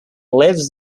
lives